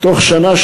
תוך שנה,